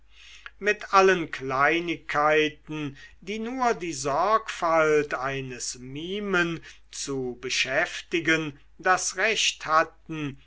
mit allen kleinigkeiten die nur die sorgfalt eines mimen zu beschäftigen das recht hatten